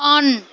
on